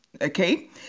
Okay